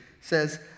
says